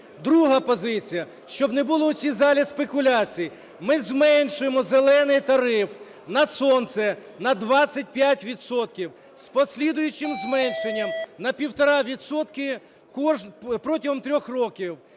Друга позиція. Щоб не було у цій залі спекуляцій, ми зменшуємо "зелений" тариф на сонце на 25 відсотків з послідуючим зменшенням на 1,5 відсотки протягом трьох років.